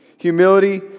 Humility